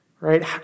right